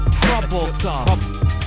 troublesome